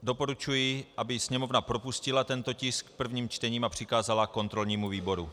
Doporučuji, aby Sněmovna propustila tento tisk prvním čtením a přikázala kontrolnímu výboru.